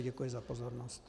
Děkuji za pozornost.